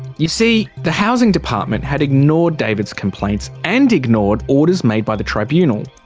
you see the housing department had ignored david's complaints and ignored orders made by the tribunal.